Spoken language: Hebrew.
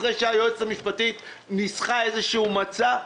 אחרי שהיועצת המשפטית ניסחה איזשהו מצע,